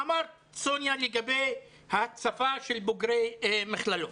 אמרת סוניה לגבי ההצפה של בוגרי מכללות,